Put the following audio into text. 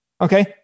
Okay